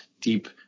deep